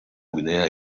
guinea